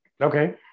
Okay